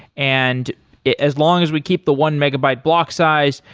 and as long as we keep the one megabyte block size,